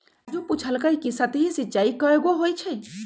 राजू पूछलकई कि सतही सिंचाई कैगो होई छई